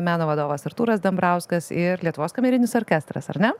meno vadovas artūras dambrauskas ir lietuvos kamerinis orkestras ar ne